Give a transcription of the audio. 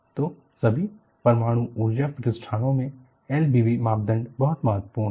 तो सभी परमाणु ऊर्जा प्रतिष्ठानों में LBB मानदंड बहुत महत्वपूर्ण है